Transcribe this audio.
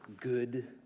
good